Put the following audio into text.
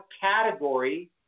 category